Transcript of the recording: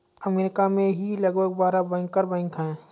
अमरीका में ही लगभग बारह बैंकर बैंक हैं